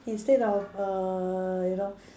instead of err you know